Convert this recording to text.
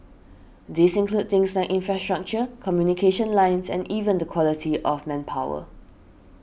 these include things like infrastructure communication lines and even the quality of manpower